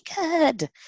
good